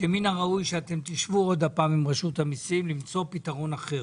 שמן הראוי שאתם תשבו עוד פעם עם רשות המיסים למצוא פתרון אחר.